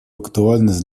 актуальность